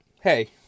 hey